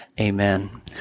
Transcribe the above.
amen